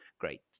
great